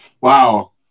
wow